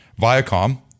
Viacom